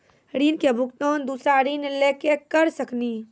ऋण के भुगतान दूसरा ऋण लेके करऽ सकनी?